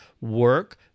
work